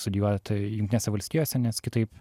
studijuot jungtinėse valstijose nes kitaip